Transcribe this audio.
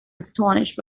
astonished